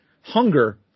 hunger